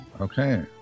Okay